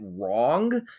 wrong